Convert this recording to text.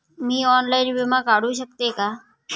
मी online विमा काढू शकते का?